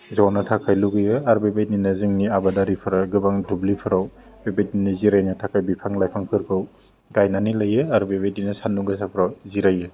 जनो थाखाय लुबैयो आर बेबायदिनो जोंनि आबादारिफ्रा गोबां दुब्लिफ्राव बेबायदिनो जिरायनो थाखाय बिफां लाइफांफोरखौ गायनानै लायो आरो बेबायदिनो सानदुं गोसाफ्राव जिरायो